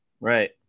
Right